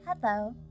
Hello